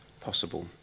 possible